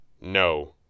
No